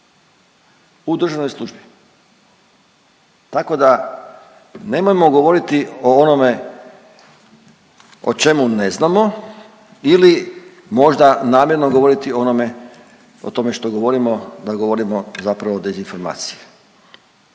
u državnoj službi. Tako da nemojmo govoriti o onome o čemu ne znamo ili možda namjerno govoriti o onome, o tome što govorimo da govorimo zapravo dezinformacije.